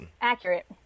accurate